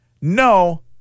no